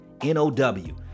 N-O-W